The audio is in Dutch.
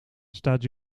staat